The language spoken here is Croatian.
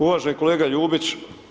Uvaženi kolega Ljubić.